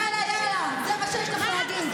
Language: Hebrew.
"יאללה יאללה", זה מה שיש לך להגיד.